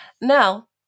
Now